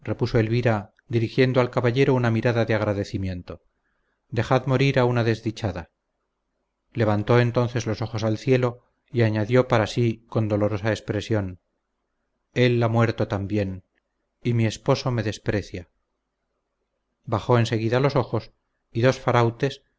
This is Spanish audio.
repuso elvira dirigiendo al caballero una mirada de agradecimiento dejad morir a una desdichada levantó entonces los ojos al cielo y añadió para sí con dolorosa expresión él ha muerto también y mi esposo me desprecia bajó en seguida los ojos y dos farautes